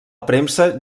premsa